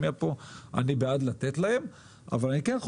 אני בעד לתת להם כל זמן שירצו להשמיע.